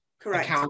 correct